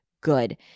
good